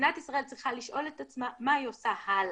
מדינת ישראל צריכה לשאול את עצמה מה היא עושה הלאה,